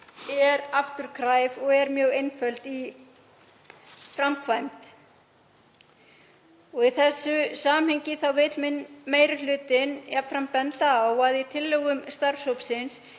er afturkræf og mjög einföld í framkvæmd. Í þessu samhengi vill meiri hlutinn jafnframt benda á að í tillögum starfshópsins